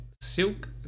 Silk